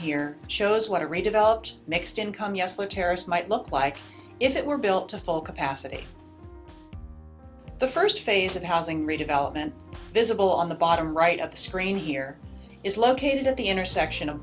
here shows what a redeveloped mixed income yesler terrorist might look like if it were built to full capacity the first phase of housing redevelopment visible on the bottom right of the screen here is located at the intersection of